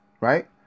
right